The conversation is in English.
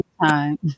time